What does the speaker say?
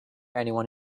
anyone